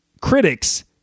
critics